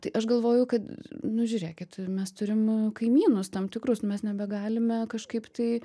tai aš galvoju kad nu žiūrėkit mes turim kaimynus tam tikrus mes nebegalime kažkaip tai